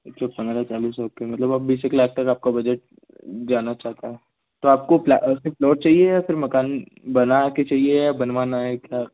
अच्छा पंद्राह चालीस सौ मतलब अब बीस एक लाख तक आपका बजेट जाना चाहता है तो आपको प्ला फिर प्लोट चाहिए या फिर मकान बना कर चाहिए या बनवाना है क्या